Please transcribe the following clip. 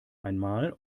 einmal